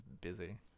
busy